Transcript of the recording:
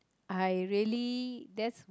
I really that's